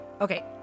Okay